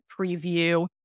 preview